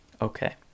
okay